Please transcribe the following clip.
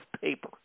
paper